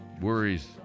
Worries